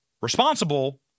responsible